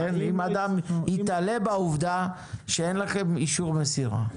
אדם ייתלה בעובדה שאין לכם אישור מסירה.